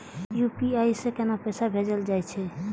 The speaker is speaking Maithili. यू.पी.आई से केना पैसा भेजल जा छे?